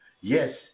yes